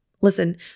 listen